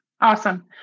awesome